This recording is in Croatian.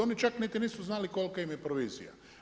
Oni čak niti nisu znali kolika im je provizija.